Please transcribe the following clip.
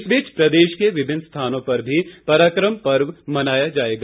इस बीच प्रदेश के विभिन्न स्थानों पर भी पराकम पर्व मनाया जाएगा